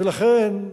ולכן,